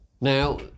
Now